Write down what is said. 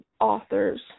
authors